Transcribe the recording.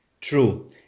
True